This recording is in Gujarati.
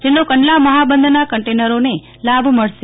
જેનો કંડલા મફાબંદરના કન્ટેનરોને લાભ મળશે